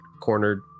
cornered